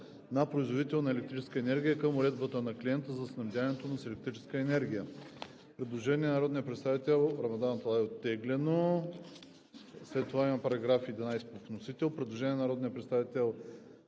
на производител на електрическа енергия към уредбата на клиента за снабдяването му с електрическа енергия.“